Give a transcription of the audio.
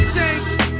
thanks